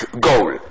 goal